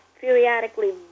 Periodically